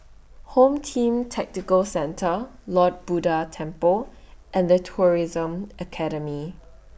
Home Team Tactical Centre Lord Buddha Temple and The Tourism Academy